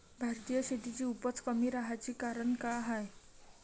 भारतीय शेतीची उपज कमी राहाची कारन का हाय?